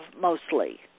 mostly